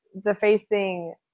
defacing